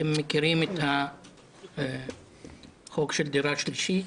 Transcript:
אתם מכירים את החוק של דירה שלישית,